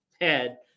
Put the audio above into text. head